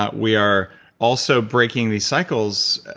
but we are also breaking the cycles.